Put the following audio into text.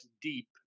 deep